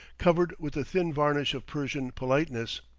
covered with the thin varnish of persian politeness.